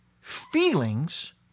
feelings